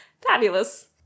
Fabulous